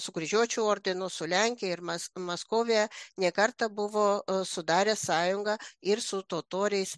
su kryžiuočių ordinu su lenkija ir mas maskovija ne kartą buvo sudarę sąjungą ir su totoriais